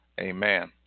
Amen